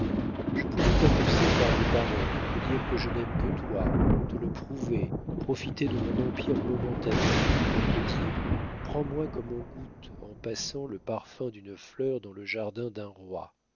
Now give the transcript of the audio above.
je pourrais t'abuser par des paroles te dire que je n'aime que toi te le prouver profiter de mon empire momentané pour te dire prends-moi comme on goûte en passant le parfum d'une fleur dans le jardin d'un roi